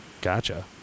Gotcha